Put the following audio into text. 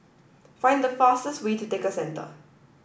find the fastest way to Tekka Centre